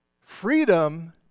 freedom